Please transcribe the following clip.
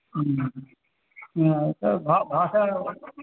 तद् भा भाषा